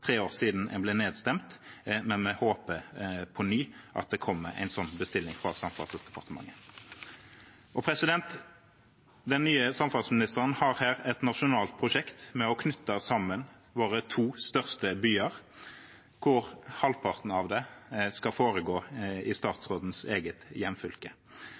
tre år siden den ble nedstemt, men jeg håper på ny at det kommer en slik bestilling fra Samferdselsdepartementet. Den nye samferdselsministeren har her et nasjonalt prosjekt med å knytte sammen våre to største byer, der halvparten av det skal foregå i statsrådens eget hjemfylke.